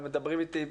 ומדברים אתי,